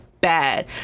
bad